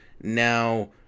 Now